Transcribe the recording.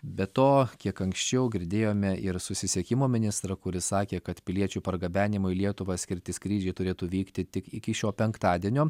be to kiek anksčiau girdėjome ir susisiekimo ministrą kuris sakė kad piliečių pargabenimu į lietuvą skirti skrydžiai turėtų vykti tik iki šio penktadienio